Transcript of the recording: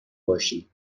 باشی